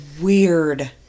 weird